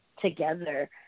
together